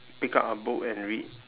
pick up a book and read